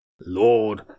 Lord